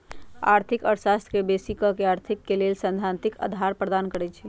आर्थिक अर्थशास्त्र बेशी क अर्थ के लेल सैद्धांतिक अधार प्रदान करई छै